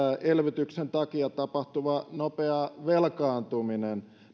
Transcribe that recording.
elvytyksen takia tapahtuva nopea velkaantuminen